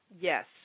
Yes